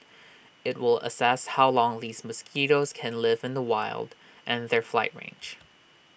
IT will assess how long these mosquitoes can live in the wild and their flight range